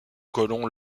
colon